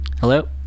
Hello